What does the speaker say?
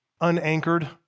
unanchored